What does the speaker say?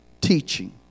teaching